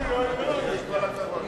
התש"ע 2010,